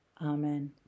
Amen